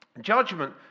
judgment